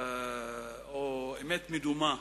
או אמת מדומה,